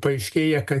paaiškėja kad